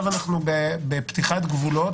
אנחנו במגמה של פתיחת גבולות,